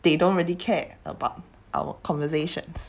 they don't really care about our conversations